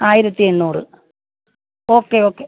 ആയിരത്തി എണ്ണൂറ് okay okay